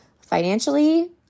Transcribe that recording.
financially